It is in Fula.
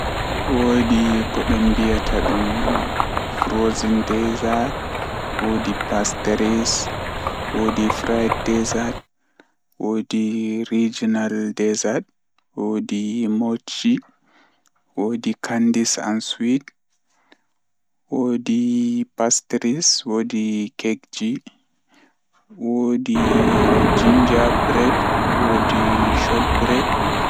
Woodi paɗe peeka, woodi sandal, woodi jei don forti bedo wiya dum flat, woodi jei jogata kooli, woodi jei borne, woodi jei ɓeɗon viya dum buut wakkati go, qoodi pade ndiyam, woodi jei ɓeɗon naftira dum haa ngesa malla haa nder loope, woodi jei don mabbi dow kooli man beɗon wiya dum kova.